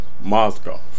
Moscow